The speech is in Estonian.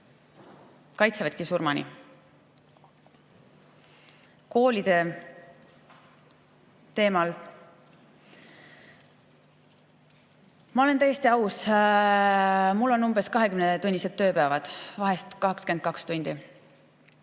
Kaitsevadki surmani. Koolide teemal ... Ma olen täiesti aus. Mul on umbes 20‑tunnised tööpäevad, vahel 22 tundi.